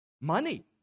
money